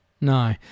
No